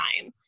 time